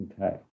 Okay